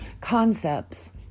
concepts